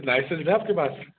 licence है आपके पास